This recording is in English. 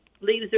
leaves